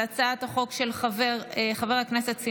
בעד, 18, נגד, אין, נמנעים,